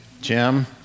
Jim